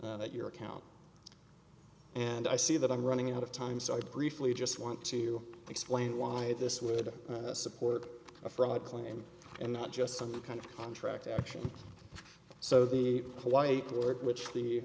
your account and i see that i'm running out of time so i briefly just want to explain why this would support a fraud claim and not just some kind of contract action so the polite word which the